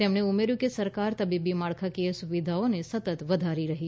તેમણે ઉમેર્યું કે સરકાર તબીબી માળખાકીય સુવિધાઓને સતત વધારી રહી છે